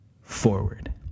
forward